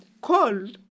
cold